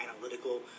analytical